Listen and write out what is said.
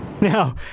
Now